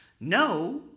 No